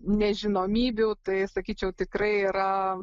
nežinomybių tai sakyčiau tikrai yra